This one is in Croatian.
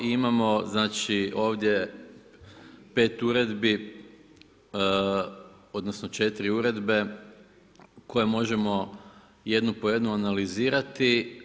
I imamo znači ovdje 5 uredbi, odnosno, 4 uredbe, koje možemo jednu po jednu analizirati.